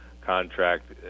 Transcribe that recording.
contract